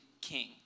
king